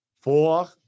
four